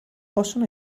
possono